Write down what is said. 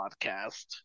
podcast